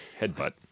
Headbutt